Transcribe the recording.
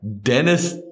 Dennis